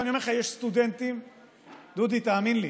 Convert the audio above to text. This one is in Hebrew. ואני אומר לך, יש סטודנטים, דודי, תאמין לי,